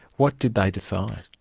what did they decide?